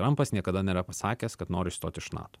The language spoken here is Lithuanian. trampas niekada nėra pasakęs kad noriu išstot iš nato